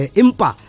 impa